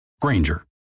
Granger